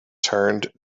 turned